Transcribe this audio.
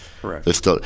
Correct